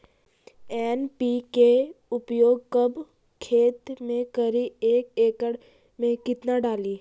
NPK प्रयोग कब खेत मे करि एक एकड़ मे कितना डाली?